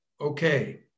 okay